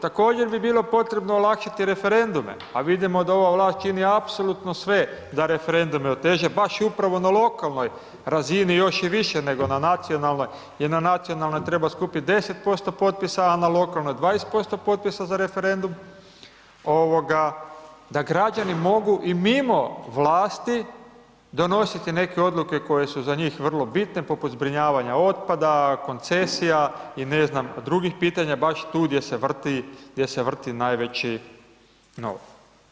Također bi bilo potrebno olakšati referendume, a vidimo da ova vlast čini apsolutno sve da referendume oteža, baš i upravo na lokalnoj razini još i više nego na nacionalnoj jer na nacionalnoj treba skupiti 10% potpisa, a na lokalnoj 20% potpisa za referendum, da građani mogu i mimo vlasti donositi neke odluke koje su za njih vrlo bitne, poput zbrinjavanja otpada, koncesija i ne znam, drugih pitanja baš tu gdje se vrti, gdje se vrti najveći novac.